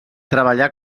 treballà